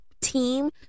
team